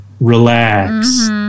relax